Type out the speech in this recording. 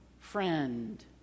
friend